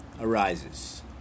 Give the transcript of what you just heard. arises